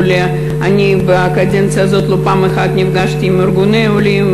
אני בקדנציה הזאת לא פעם אחת נפגשתי עם ארגוני עולים,